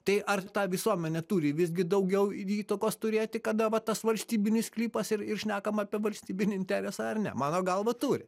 tai ar ta visuomenė turi visgi daugiau įtakos turėti kada va tas valstybinis sklypas ir ir šnekam apie valstybinį interesą ar ne mano galva turi